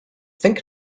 think